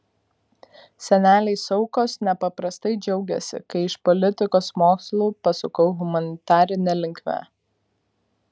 seneliai saukos nepaprastai džiaugėsi kai iš politikos mokslų pasukau humanitarine linkme